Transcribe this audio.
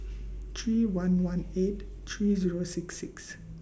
three one one eight three Zero six six